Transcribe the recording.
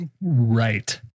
Right